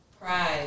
pride